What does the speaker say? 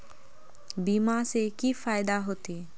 बीमा से की फायदा होते?